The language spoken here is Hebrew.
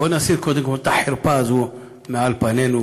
בואו נסיר קודם כול את החרפה הזאת מעל פנינו,